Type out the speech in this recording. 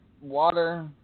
water